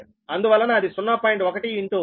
అందువలన అది 0